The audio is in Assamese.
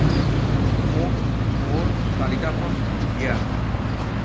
মোক মোৰ তালিকাখন দিয়া